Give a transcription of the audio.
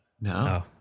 No